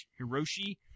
Hiroshi